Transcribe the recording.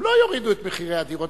לא יורידו את מחירי הדירות.